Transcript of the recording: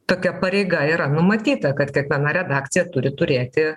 tokia pareiga yra numatyta kad kiekviena redakcija turi turėti